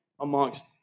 amongst